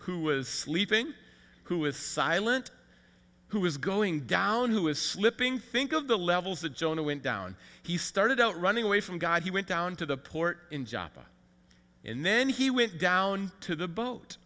who was sleeping who is silent who is going down who is slipping think of the levels that jonah went down he started out running away from god he went down to the port in joppa and then he went down to the boat